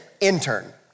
intern